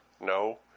No